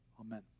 Amen